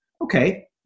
Okay